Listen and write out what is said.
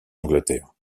angleterre